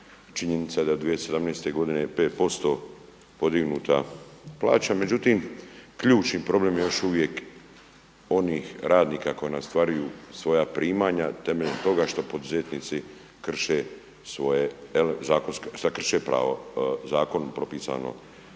činjenica je da je 2017. godine 5% podignuta plaća, međutim ključni problem je još uvijek onih radnika koji ne ostvaruju svoja primanja temeljem toga što poduzetnici krše svoje, krše zakonom propisano